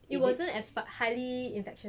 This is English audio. it wasn't as fa~ highly infectious